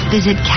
Visit